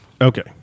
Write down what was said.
Okay